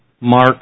Mark